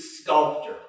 sculptor